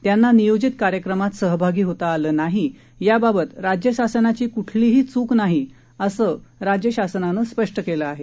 त्यांना नियोजित कार्यक्रमात सहभागी होता आलं नाही याबाबत राज्य शासनाची क्ठलीही चूक नाही असं राज्य शासनानं स्पष्ट केलं आहे